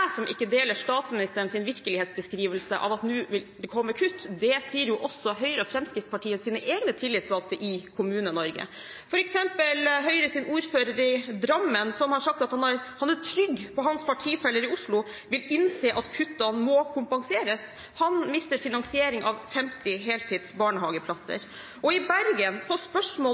som ikke deler statsministerens virkelighetsbeskrivelse av at det nå vil komme kutt. Det sier også Høyres og Fremskrittspartiets egne tillitsvalgte i Kommune-Norge, f.eks. Høyres ordfører i Drammen, som har sagt at han er trygg på at hans partifeller i Oslo vil innse at kuttene må kompenseres. Han mister finansiering av 50 heltids barnehageplasser. I Bergen – på